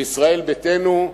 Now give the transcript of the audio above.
וישראל ביתנו,